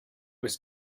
was